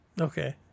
Okay